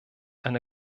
eine